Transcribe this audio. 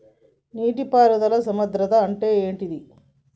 నీటి పారుదల సంద్రతా అంటే ఏంటిది?